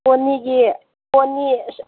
ꯄꯣꯅꯤꯒꯤ ꯄꯣꯅꯤ